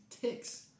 Ticks